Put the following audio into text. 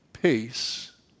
peace